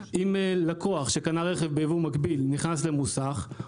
אם לקוח שקנה רכב בייבוא מקביל נכנס למוסך,